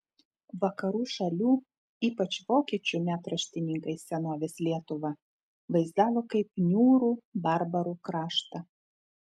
vakarų šalių ypač vokiečių metraštininkai senovės lietuvą vaizdavo kaip niūrų barbarų kraštą